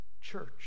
church